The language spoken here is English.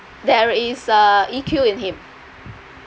there is uh E_Q in him